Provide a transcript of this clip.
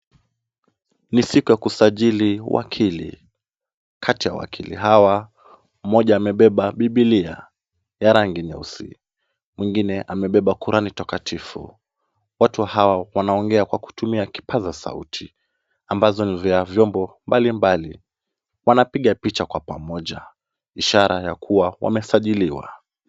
Ni siku ya kusajili wakili. Kati ya wakili hawa , mmoja amebeba Bibilia ya rangi nyeusi. Mwingine amebeba kurani takatifu. Watu hawa wanaongea kwa kutumia kipaza sauti ambazo ni vya vyombo mbalimbali. Wanapiga picha kwa pamoja ishara ya kuwa wamesajiliwa.